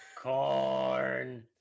corn